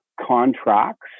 contracts